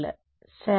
curl సరే